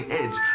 edge